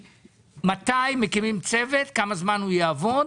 מתי מקימים צוות וכמה זמן הוא יעבוד.